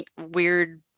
weird